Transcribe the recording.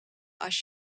als